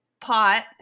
pot